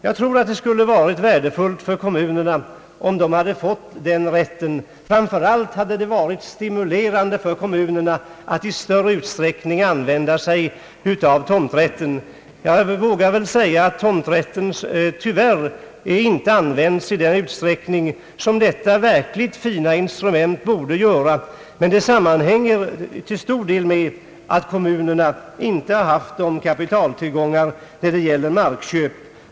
Jag tror att det skulle varit värdefullt för kommunerna om de hade fått den rätten. Framför allt hade det varit stimulerande för kommunerna att i större utsträckning kunna tillämpa tomträtt. Jag vågar säga att tomträtten iyvärr inte används i den utsträckning detta verkligt fina instrument borde ge anledning till. Men det sammanhänger till stor del med att kommunerna inte haft tillräckliga kapitaltillgångar för markköp.